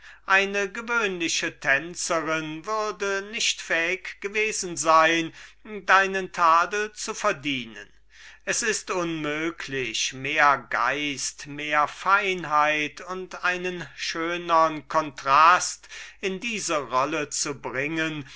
eine gewöhnliche tänzerin würde nicht fähig gewesen sein deinen tadel zu verdienen es ist unmöglich mehr geist mehr feinheit und einen schönern kontrast in diese rolle zu bringen